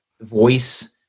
voice